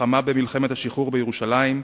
לחמה במלחמת השחרור בירושלים,